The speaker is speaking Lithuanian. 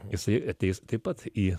jisai ateis taip pat į